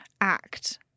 act